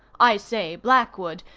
i say, blackwood,